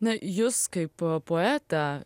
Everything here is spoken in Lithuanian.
na jus kaip poetą